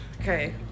Okay